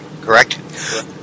correct